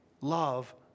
love